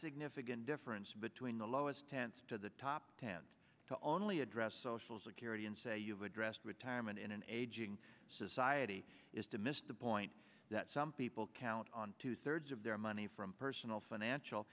significant difference between the lowest tents to the top tend to only address social security and say you've addressed retirement in an aging society is to miss the point that some people count on two thirds of their money from personal financial